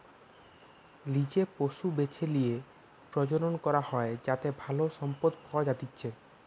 লিজে পশু বেছে লিয়ে প্রজনন করা হয় যাতে ভালো সম্পদ পাওয়া যাতিচ্চে